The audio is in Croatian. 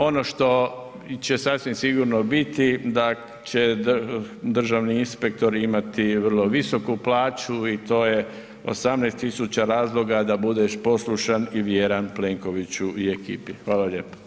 Ono što će sasvim sigurno biti da će državni inspektor imati vrlo visoku plaću i to je 18 000 razloga da budeš poslušan i vjeran Plenkoviću i ekipi, hvala lijepo.